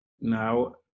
Now